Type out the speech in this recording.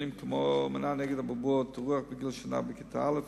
כמו מנה נגד אבעבועות רוח בגיל שנה ובכיתה א',